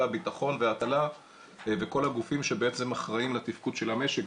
הביטחון וההצלה וכל הגופים שבעצם אחראים לתפקוד של המשק,